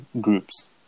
groups